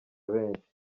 benshi